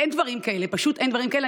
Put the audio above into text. אין דברים כאלה, פשוט אין דברים כאלה.